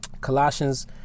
Colossians